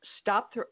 stop